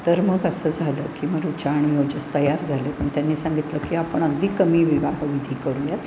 तयार झाले पण त्यांनी सांगितलं की आपण अगदी कमी विवाहविधी करूयात